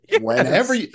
whenever